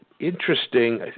interesting